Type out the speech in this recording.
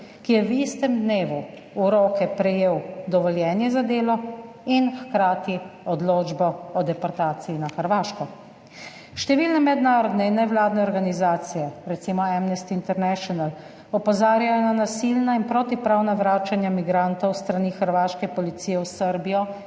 ki je v istem dnevu v roke dobil dovoljenje za delo in hkrati odločbo o deportaciji na Hrvaško. Številne mednarodne in nevladne organizacije, recimo Amnesty International, opozarjajo na nasilna in protipravna vračanja migrantov s strani hrvaške policije v Srbijo